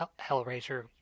Hellraiser